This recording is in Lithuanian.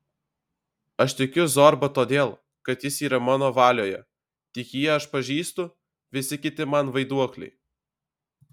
aš tikiu zorba todėl kad jis yra mano valioje tik jį aš pažįstu visi kiti man vaiduokliai